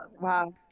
wow